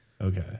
Okay